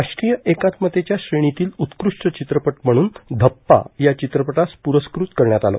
राष्ट्रीय एकात्मतेच्या श्रेणीतील उत्कृष्ट चित्रपट म्हणून धप्पा या चित्रपटास पुरस्कृत करण्यात आलं